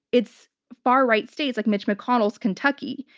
it's far right states like mitch mcconnell's kentucky,